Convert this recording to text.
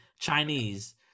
Chinese